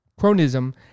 chronism